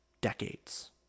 decades